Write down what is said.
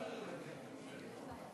דחילק.